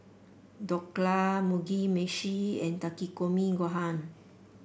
Dhokla Mugi Meshi and Takikomi Gohan